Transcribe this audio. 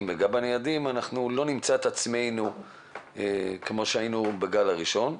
וגם בניידים לא נמצא את עצמנו כמו שהיינו בגל הראשון.